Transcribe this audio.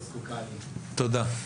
תודה.